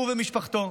הוא ומשפחתו.